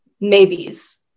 maybes